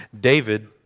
David